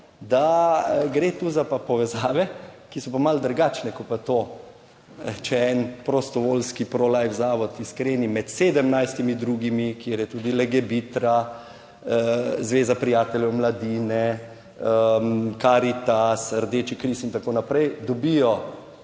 da gre tu za povezave, ki so pa malo drugačne, kot pa to, če je en prostovoljski prolife Zavod Iskreni med 17. drugimi, kjer je tudi Legebitra, Zveza prijateljev mladine, Karitas, Rdeči križ in tako naprej dobijo